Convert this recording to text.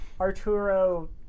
Arturo